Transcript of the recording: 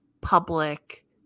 Public